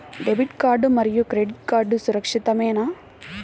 Debit card మరియు credit card సురక్షితమేనా?